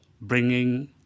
bringing